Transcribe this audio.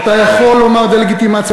אתה יכול לומר דה-לגיטימציה,